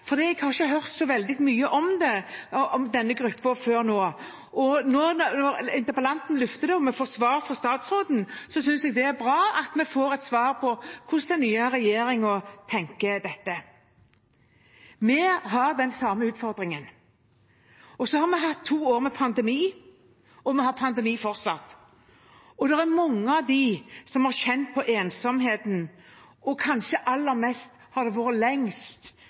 hørt så veldig mye om denne gruppen før nå. Når interpellanten løfter det og vi får svar fra statsråden, synes jeg det er bra at vi får et svar på hvordan den nye regjeringen tenker om dette. Vi har den samme utfordringen. Så har vi hatt to år med pandemi, og vi har pandemi fortsatt. Det er mange som har kjent på ensomhet, og kanskje aller mest har